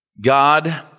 God